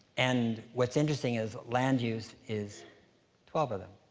and what's interesting is land use is twelve of them,